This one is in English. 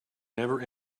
never